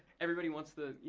everybody wants the